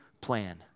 plan